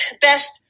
best